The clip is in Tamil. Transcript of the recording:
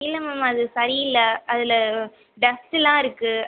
இல்லை மேம் அது சரி இல்லை அதில் டஸ்ட்டுலாம் இருக்கு